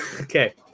Okay